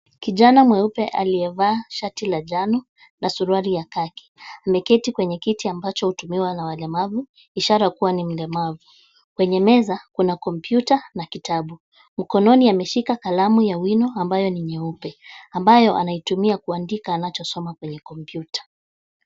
Kijana mweupe aliyevaa shati la jano na suruali ya kaki ameketi kwenye kiti ambacho hutumiwa na walemavu, ishara kuwa ni mlemavu. Kwenye meza kuna computer na kitabu. Mkononi ameshika kalamu ya wino ambayo ni nyeupe ambayo anaitumia kuandika anachosoma kwenye kompyuta.